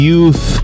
Youth